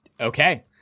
Okay